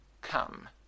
come